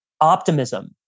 optimism